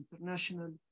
international